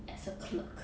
as a clerk